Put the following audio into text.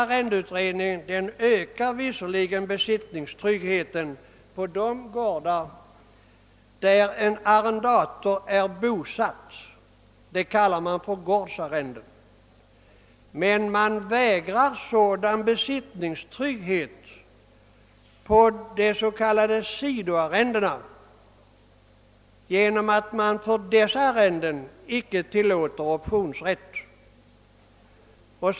Arrendelagsutredningen ökar visserligen besittningstryggheten i fråga om de gårdar där en arrendator är bosatt. Det kallar man för gårdsarrenden. Men utredningen vägrar sådan besittningstrygghet i fråga om de s.k. sidoarrendena genom att icke tilllåta optionsrätt för dessa.